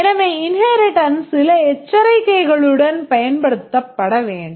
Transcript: எனவே இன்ஹேரிட்டன்ஸ் சில எச்சரிக்கைகளுடன் பயன்படுத்தப்பட வேண்டும்